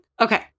Okay